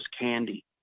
candy